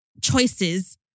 choices